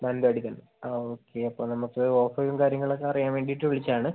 മാന്തവാടിയിൽത്തന്നെ ആ ഓക്കെ അപ്പോൾ നമുക്ക് ഓഫറും കാര്യങ്ങളൊക്കെ അറിയാൻ വേണ്ടിയിട്ട് വിളിച്ചതാണ്